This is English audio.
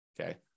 okay